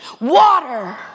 water